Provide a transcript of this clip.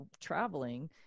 traveling